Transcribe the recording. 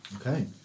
Okay